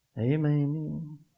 Amen